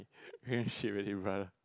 and she really run